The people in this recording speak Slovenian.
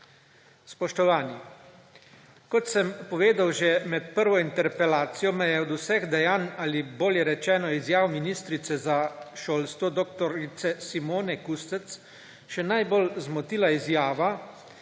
Spoštovani, kot sem povedal že med prvo interpelacijo, me je od vseh dejanj ali bolje rečeno izjav ministrice za šolstvo dr. Simone Kustec še najbolj zmotila izjava,